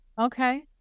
Okay